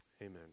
amen